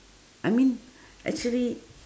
I mean actually